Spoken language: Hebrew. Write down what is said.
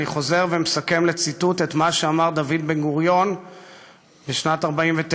אני חוזר ומסכם בציטוט את מה שאמר דוד בן-גוריון בשנת 1949: